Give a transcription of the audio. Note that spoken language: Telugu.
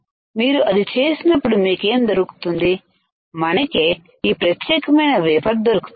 మీరు అది చేసినప్పుడు మీకేం దొరుకుతుంది మనకి ఈ ప్రత్యేకమైన వేఫర్ దొరుకుతుంది